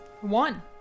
One